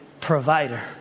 provider